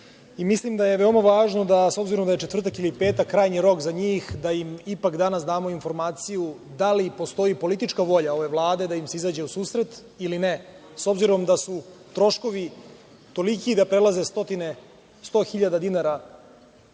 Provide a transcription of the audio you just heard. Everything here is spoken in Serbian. Bolonji. Mislim da je veoma važno, s obzirom da je četvrtak ili petak krajnji rok za njih, da im ipak danas damo informaciju da li postoji politička volja ove Vlade da im se izađe u susret ili ne, s obzirom da su troškovi toliki da prelaze sto hiljada dinara,